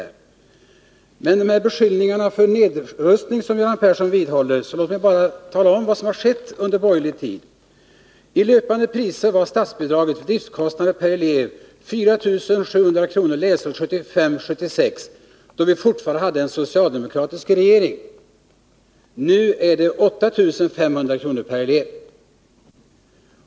Göran Persson vidhåller beskyllningarna om nedrustning, och då kan jag bara tala om vad som har skett under borgerlig regeringstid. I löpande priser var statsbidraget till driftskostnader per elev 4 700 kr. läsåret 1975/76, då vi fortfarande hade en socialdemokratisk regering. Nu är bidraget 8 500 kr. per elev.